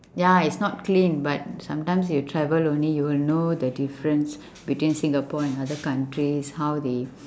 ya it's not clean but sometimes you travel only you will know the difference between singapore and other countries how they